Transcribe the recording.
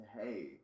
Hey